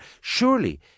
Surely